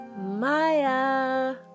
Maya